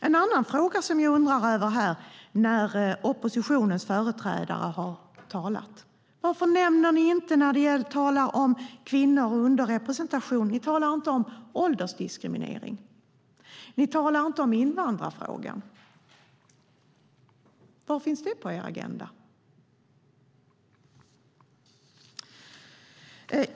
En annan fråga jag har undrat över när oppositionens företrädare har talat är: När ni talar om kvinnor och underrepresentation, varför talar ni inte om åldersdiskriminering eller invandrarfrågan? Var finns det på er agenda?